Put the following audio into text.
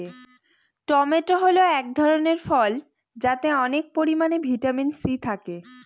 tomato হল এক ধরনের ফল যাতে অনেক পরিমান ভিটামিন সি থাকে